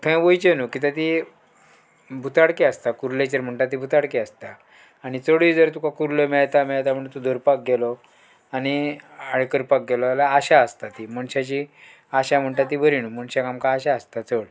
थंय वयचें न्हू कित्या ती बुताडकी आसता कुर्लेचेर म्हणटा ती बुताडकी आसता आनी चडूय जर तुका कुर्ल्यो मेळता मेळता म्हण तूं धरपाक गेलो आनी हाड करपाक गेलो जाल्यार आशा आसता ती मनशाची आशा म्हणटा ती बरी न्हू मनशाक आमकां आशा आसता चड